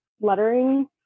lettering